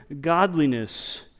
godliness